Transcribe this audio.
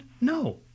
no